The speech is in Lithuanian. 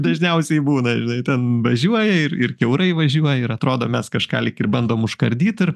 dažniausiai būna žinai ten važiuoja ir ir kiaurai važiuoja ir atrodo mes kažką lyg ir bandom užkardyt ir